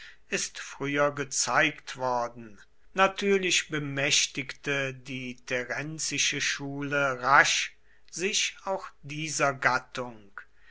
ist früher gezeigt worden natürlich bemächtigte die terenzische schule rasch sich auch dieser gattung